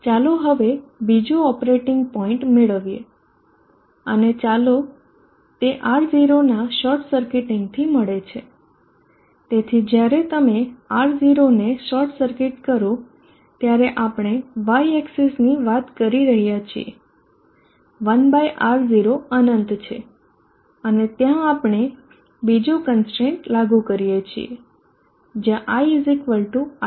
ચાલો હવે બીજું ઓપરેટિંગ પોઇન્ટ મેળવીએ અને ચાલો તે R0 નાં શોર્ટ સરકીટીંગથી મળે છે તેથી જ્યારે તમે R0 ને શોર્ટ સર્કિટ કરો ત્યારે આપણે y એક્સીસની વાત કરી રહ્યા છીએ 1 R0 અનંત છે અને ત્યાં આપણે બીજુ કનસ્ટ્રેઈન લાગુ કરીએ છીએ જ્યાં i i 1 i 2 થાય